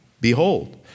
Behold